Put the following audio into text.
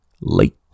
Late